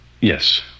yes